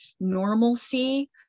normalcy